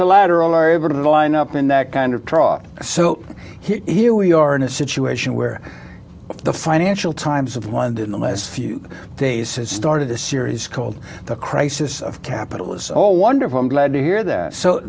collateral are able to line up in that kind of trough so he or we are in a situation where the financial times of london the last few days started a series called the crisis of capitalism all wonderful i'm glad to hear that so